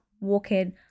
walking